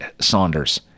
Saunders